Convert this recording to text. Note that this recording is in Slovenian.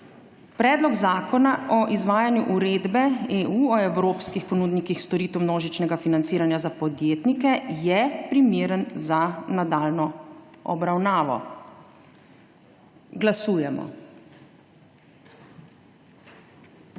Predlog zakona o izvajanju Uredbe EU o evropskih ponudnikih storitev množičnega financiranja za podjetnike je primeren za nadaljnjo obravnavo. Glasujemo.